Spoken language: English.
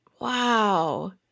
Wow